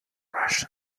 russian